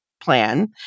plan